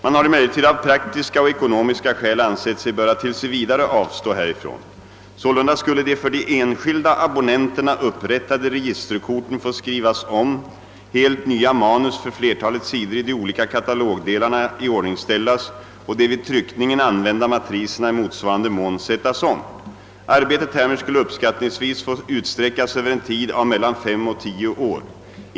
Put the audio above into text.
Man har emellertid av praktiska och ekonomiska skäl ansett sig böra tills vidare avstå härifrån. Sålunda skulle de för de enskilda abonnenterna upprättade registerkorten få skrivas om, helt nya manus för flertalet sidor i de olika katalogdelarna iordningställas och de vid tryckningen använda matriserna i motsvarande mån sättas om. Arbetet härmed skulle uppskattningsvis få utsträckas över en tid av mellan fem och tio år.